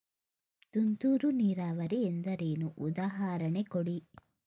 ತುಂತುರು ನೀರಾವರಿ ಎಂದರೇನು, ಉದಾಹರಣೆ ಕೊಡಿ?